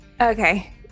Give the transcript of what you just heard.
Okay